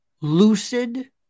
lucid